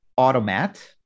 automat